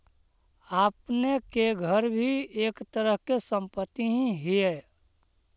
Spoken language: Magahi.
आपने के घर भी एक तरह के संपत्ति ही हेअ